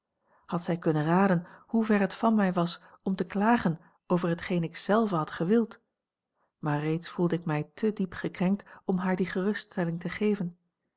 had zij kunnen raden hoever het van mij was om te klagen over hetgeen ik zelve had gewild maar reeds voelde ik mij te diep gekrenkt om haar die geruststelling te geven